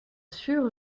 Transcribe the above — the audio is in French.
sûr